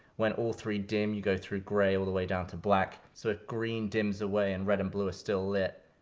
when all three dim, you go through gray all the way down to black. so if green dims away, and red and blue are still lit,